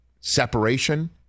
separation